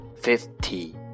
fifty